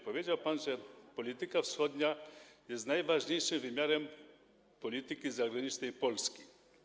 Powiedział pan, że polityka wschodnia to najważniejszy wymiar polityki zagranicznej Polski.